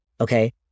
Okay